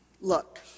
Look